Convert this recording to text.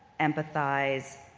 empathize,